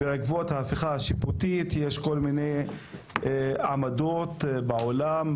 בעקבות ההפיכה השיפוטית יש כל מיני עמדות בעולם,